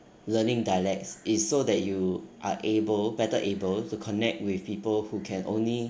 learning dialects is so that you are able better able to connect with people who can only